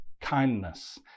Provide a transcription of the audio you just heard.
kindness